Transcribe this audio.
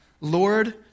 Lord